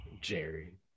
Jerry